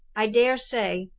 i dare say.